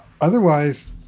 otherwise